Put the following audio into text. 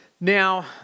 Now